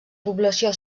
població